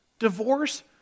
divorce